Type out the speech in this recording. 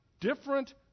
different